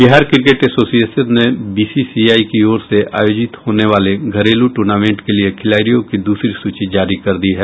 Bihar cricket association ने BCCI की ओर से आयोजित होने वाले घरेलू टूर्नामेंट के लिये खिलाड़ियों की दूसरी सूची जारी कर दी है